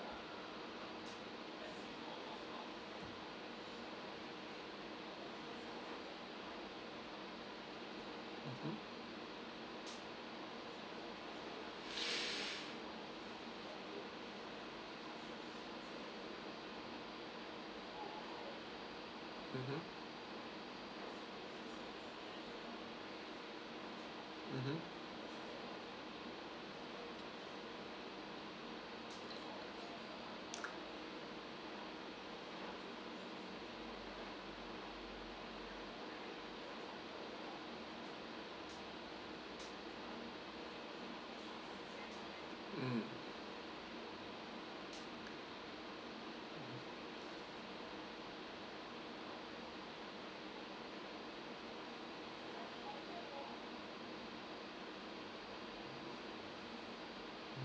mm